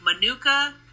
manuka